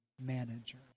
manager